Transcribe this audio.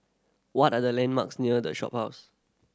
what are the landmarks near The Shophouse